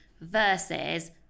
versus